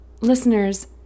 Listeners